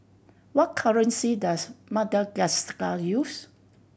what currency does Madagascar use